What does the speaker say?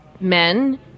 men